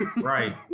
Right